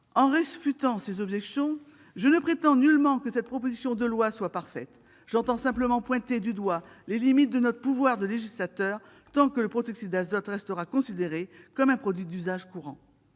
En réfutant ces objections, je ne prétends nullement que cette proposition de loi soit parfaite. J'entends simplement pointer du doigt les limites de notre pouvoir de législateur, tant que le protoxyde d'azote restera considéré comme un produit d'usage courant.